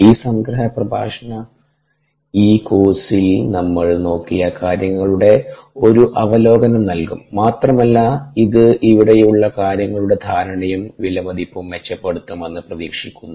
ഈ സംഗ്രഹ പ്രഭാഷണം ഈ കോഴ്സിൽ നമ്മൾ നോക്കിയ കാര്യങ്ങളുടെ ഒരു അവലോകനം നൽകും മാത്രമല്ല ഇത് ഇവിടെയുള്ള കാര്യങ്ങളുടെ ധാരണയും വിലമതിപ്പും മെച്ചപ്പെടുത്തുമെന്ന് പ്രതീക്ഷിക്കുന്നു